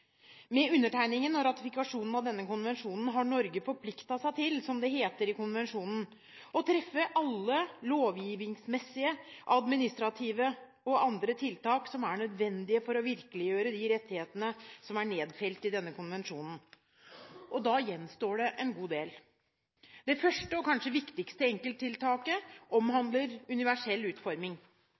Med undertegningen og ratifikasjonen av denne konvensjonen har Norge forpliktet seg til – som det heter i konvensjonen – å «treffe alle lovgivningsmessige, administrative og andre tiltak som er nødvendige for å virkeliggjøre de rettigheter som er nedfelt i denne konvensjon». Her gjenstår det en god del. Det første – og kanskje viktigste – enkelttiltaket omhandler universell utforming.